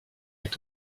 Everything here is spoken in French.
est